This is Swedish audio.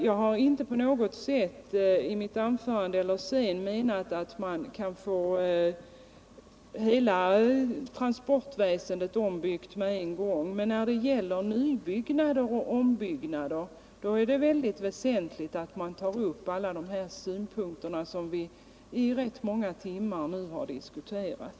Jag har inte på något sätt menat att man kan få hela transportväsendet ombyggt på en gång, men när det gäller nyoch ombyggnader är det mycket väsentligt att man tar uppalla de synpunkter som vi nu under rätt många timmar har diskuterat.